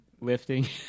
Lifting